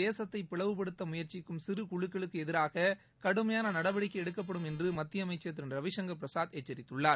தேசத்தை பிளவுபடுத்த முயற்சிக்கும் சிறு குழுக்களுக்கு எதிராக கடுமையான நடவடிக்கை எடுக்கப்படும் என்று மத்திய அமைச்சர் திரு ரவிசங்கர் பிரசாத் எச்சரித்துள்ளார்